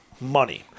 money